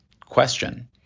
question